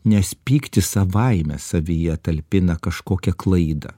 nes pyktis savaime savyje talpina kažkokią klaidą